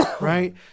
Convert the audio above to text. right